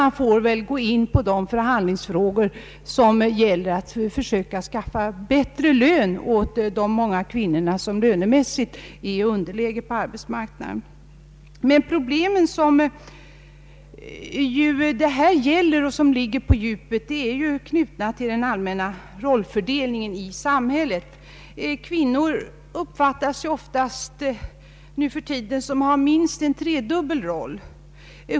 Man får i stället ta upp förhandlingar om att ge bättre lön åt de många kvinnor som i detta avseende befinner sig i underläge på arbetsmarknaden. De problem som det här gäller och som ligger på djupet är emellertid knutna till den allmänna rollfördelningen i samhället. Det betraktas nu för tiden oftast som självklart att kvinnor skall ha tre roller.